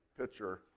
pitcher